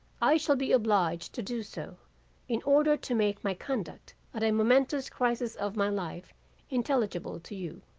i shall be obliged to do so in order to make my conduct at a momentous crisis of my life intelligible to you.